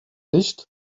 nicht